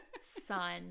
son